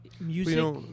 music